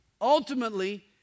Ultimately